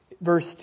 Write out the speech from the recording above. verse